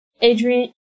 Adrian